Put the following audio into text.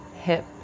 Hip